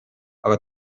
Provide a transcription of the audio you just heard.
aga